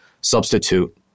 substitute